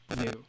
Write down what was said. new